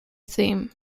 theme